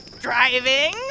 Driving